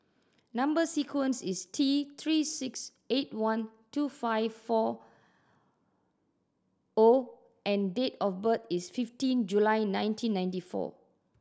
number sequence is T Three six eight one two five four O and date of birth is fifteen July nineteen ninety four